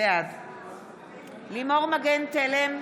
בעד לימור מגן תלם,